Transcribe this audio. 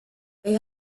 they